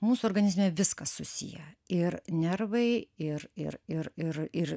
mūsų organizme viskas susiję ir nervai ir ir ir ir ir